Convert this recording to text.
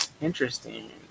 Interesting